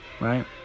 Right